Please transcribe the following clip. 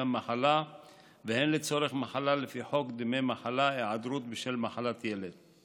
מחלה והן לצורך מחלה לפי חוק דמי מחלה (היעדרות בשל מחלת ילד).